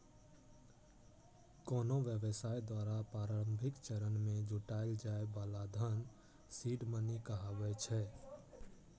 कोनो व्यवसाय द्वारा प्रारंभिक चरण मे जुटायल जाए बला धन सीड मनी कहाबै छै